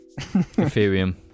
Ethereum